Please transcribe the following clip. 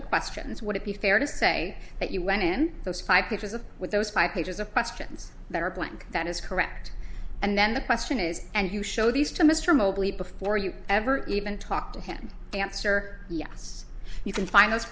the questions would it be fair to say that you went in those five pages of with those five pages of questions that are blank that is correct and then the question is and you show these to mr mobley before you ever even talk to him answer yes you can find those